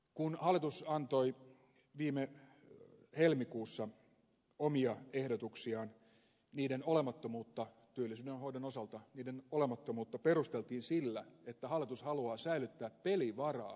kun hallitus antoi viime helmikuussa omia ehdotuksiaan niiden olemattomuutta työllisyyden hoidon osalta perusteltiin sillä että hallitus haluaa säilyttää pelivaraa myöhempään